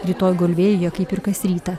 rytoj gulvėjuje kaip ir kas rytą